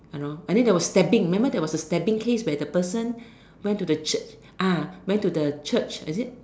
I know and then there was stabbing remember there was a stabbing case where the person went to the Church ah went to the Church is it